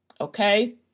okay